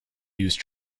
use